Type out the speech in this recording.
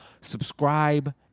Subscribe